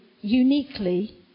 uniquely